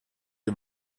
you